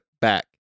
back